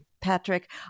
Patrick